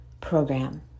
program